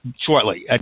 shortly